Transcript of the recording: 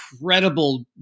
incredible